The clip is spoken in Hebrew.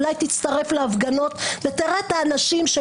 אולי תצטרף להפגנות ותראה את האנשים,